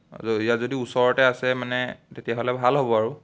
আৰু এতিয়া যদি ওচৰতে আছে মানে তেতিয়াহ'লে ভাল হ'ব আৰু